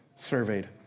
surveyed